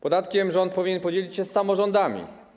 Podatkiem rząd powinien podzielić się z samorządami.